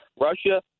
russia